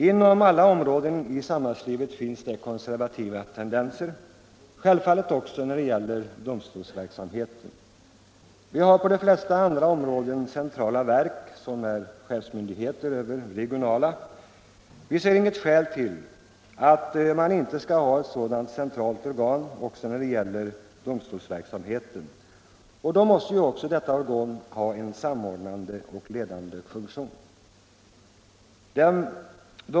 Inom alla områden i samhällslivet finns det konservativa tendenser — självfallet också när det gäller domstolsverksamheten. Vi har på de flesta andra områden centrala verk som är chefsmyndigheter över regionala. Vi ser inget skäl till att inte ha ett sådant centralt organ också i fråga om domstolsverksamheten, och då måste även detta organ ha en samordnande och ledande funktion.